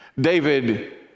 David